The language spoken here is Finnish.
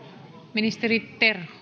ministeri